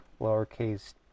lowercase